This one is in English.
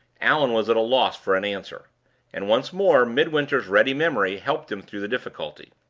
allan was at a loss for an answer and, once more, midwinter's ready memory helped him through the difficulty.